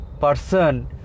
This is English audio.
person